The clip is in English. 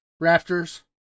Rafters